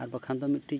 ᱟᱨ ᱵᱟᱝᱠᱷᱟᱱ ᱫᱚ ᱢᱤᱫᱴᱤᱡ